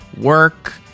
work